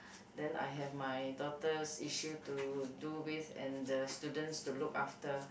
then I have my daughter's issue to do with and the students to look after